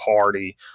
Party